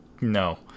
no